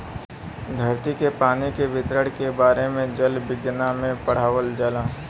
धरती पे पानी के वितरण के बारे में जल विज्ञना में पढ़ावल जाला